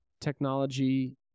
technology